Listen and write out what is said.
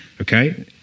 Okay